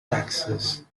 texas